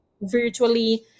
virtually